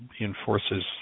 enforces